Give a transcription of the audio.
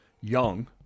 young